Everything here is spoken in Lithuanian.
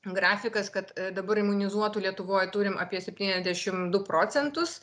grafikas kad dabar imunizuotų lietuvoj turim apie septyniasdešim du procentus